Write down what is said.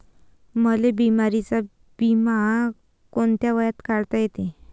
मले बिमारीचा बिमा कोंत्या वयात काढता येते?